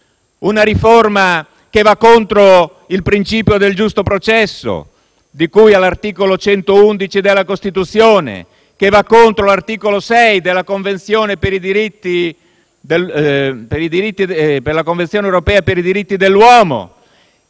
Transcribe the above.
una riforma che va contro il principio del giusto processo di cui all'articolo 111 della Costituzione, che va contro l'articolo 6 della Convenzione europea per la